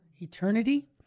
eternity